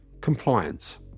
compliance